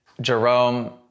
jerome